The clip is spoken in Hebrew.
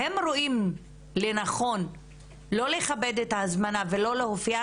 והם רואים לנכון לא לכבד את ההזמנה ולא להופיע,